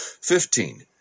Fifteen